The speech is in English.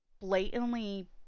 blatantly